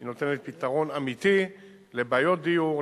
היא נותנת פתרון אמיתי לבעיות דיור,